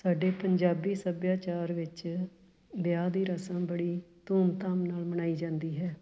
ਸਾਡੇ ਪੰਜਾਬੀ ਸੱਭਿਆਚਾਰ ਵਿੱਚ ਵਿਆਹ ਦੀ ਰਸਮ ਬੜੀ ਧੂਮ ਧਾਮ ਨਾਲ ਮਨਾਈ ਜਾਂਦੀ ਹੈ